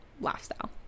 lifestyle